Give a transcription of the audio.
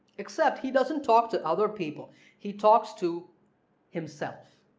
except he doesn't talk to other people he talks to himself.